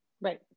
Right